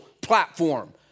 platform